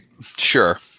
Sure